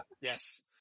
Yes